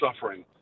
suffering